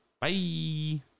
Bye